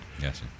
yes